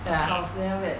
ya house 是那个